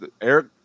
Eric